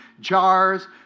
jars